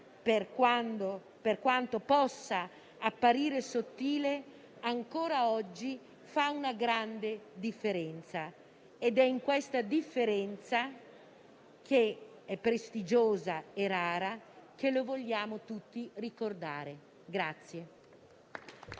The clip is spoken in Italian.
per quanto possa apparire sottile, ancora oggi fa una grande differenza, ed è per questa caratteristica, che è prestigiosa e rara, che lo vogliamo tutti ricordare.